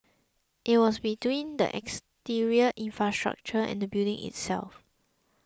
it was between the exterior infrastructure and the building itself